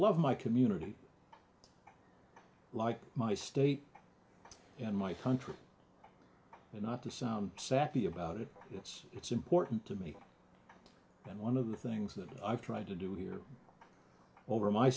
love my community like my state and my country and not to sound sappy about it yes it's important to me and one of the things that i've tried to do here over my